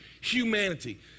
humanity